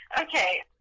Okay